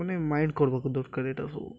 ମାନେ ମାଇଣ୍ଡ କରିବାକୁ ଦରକାର ଏଇଟା ସବୁ